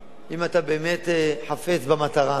אם אתה באמת חפץ במטרה עצמה,